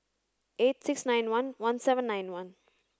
eight six nine one one seven nine one